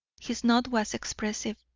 his nod was expressive,